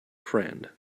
friend